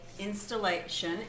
installation